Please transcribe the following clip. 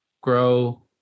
grow